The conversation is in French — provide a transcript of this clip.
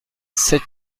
sept